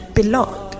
belong